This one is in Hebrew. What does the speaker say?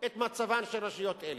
את מצבן של רשויות אלה.